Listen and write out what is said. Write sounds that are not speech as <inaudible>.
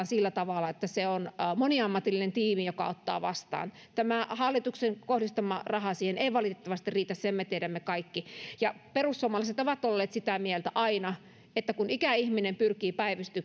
<unintelligible> sillä tavalla että se on moniammatillinen tiimi joka ottaa vastaan tämä hallituksen siihen kohdistama raha ei valitettavasti riitä sen me tiedämme kaikki perussuomalaiset ovat olleet sitä mieltä aina että kun ikäihminen pyrkii